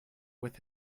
with